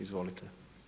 Izvolite.